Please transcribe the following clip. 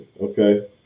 Okay